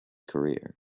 career